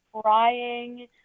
crying